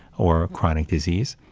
or chronic disease.